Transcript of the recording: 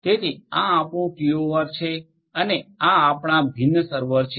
તેથી આ આપણું ટીઓઆર છે અને આ આપણા ભિન્ન સર્વર્સ છે